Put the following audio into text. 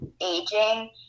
aging